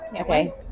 Okay